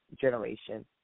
generation